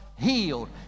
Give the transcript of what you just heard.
healed